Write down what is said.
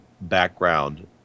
background